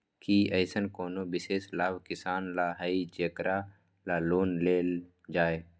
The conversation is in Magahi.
कि अईसन कोनो विशेष लाभ किसान ला हई जेकरा ला लोन लेल जाए?